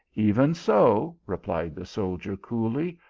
even so, replied the soldier, coolly,